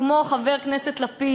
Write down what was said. כמו חבר הכנסת לפיד,